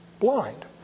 blind